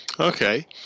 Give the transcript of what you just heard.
Okay